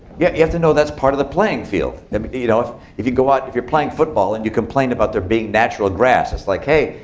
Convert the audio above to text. yeah you have to know that's part of the playing field. you know, if if you go out, if you're playing football, and you complain about there being natural grass, it's like, hey,